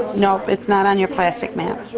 nope. it's not on your plastic map.